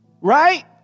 Right